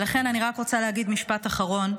אני רוצה להגיד רק משפט אחרון: